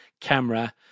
camera